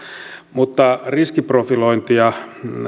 mutta riskiprofilointia